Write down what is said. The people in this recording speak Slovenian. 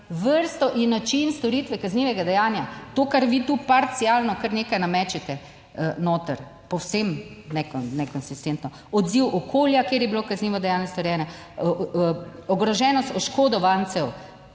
vrsto in način storitve kaznivega dejanja, to kar vi tu parcialno kar nekaj namečete noter, povsem nekonsistentno, odziv okolja, kjer je bilo kaznivo dejanje storjeno, ogroženost oškodovancev,